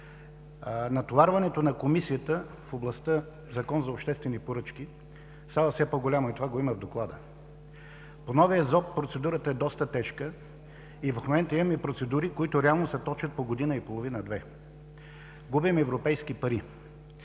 Натоварването на Комисията в областта „Закон за обществени поръчки“ става все по-голяма и това го има в Доклада. По новия ЗОП процедурата е доста тежка и в момента имаме процедури, които реално се точат по година и половина, две. Губим европейски пари.